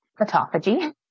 Autophagy